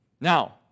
Now